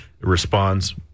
responds